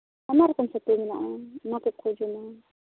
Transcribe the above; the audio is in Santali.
ᱟᱭᱢᱟ ᱨᱚᱠᱚᱢ ᱪᱷᱟᱹᱛᱩ ᱢᱮᱱᱟᱜᱼᱟ ᱚᱱᱟ ᱠᱚᱠᱚ ᱡᱚᱢᱟ